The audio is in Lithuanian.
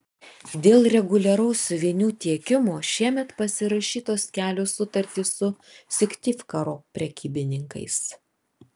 dėl reguliaraus siuvinių tiekimo šiemet pasirašytos kelios sutartys su syktyvkaro prekybininkais